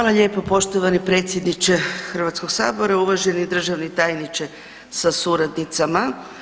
lijepo, poštovani predsjedniče Hrvatskog sabora, uvaženi državni tajniče sa suradnicama.